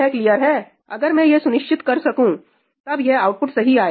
अगर मैं यह सुनिश्चित कर सकूं तब आउटपुट सही आएगा